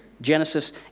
Genesis